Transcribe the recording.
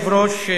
מכובדי השר,